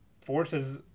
forces